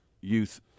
youth